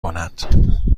کند